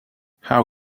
how